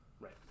Right